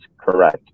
correct